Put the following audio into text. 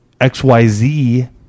XYZ